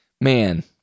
man